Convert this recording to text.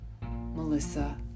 Melissa